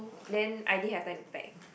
then I didn't have time to pack